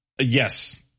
yes